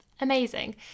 Amazing